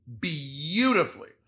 beautifully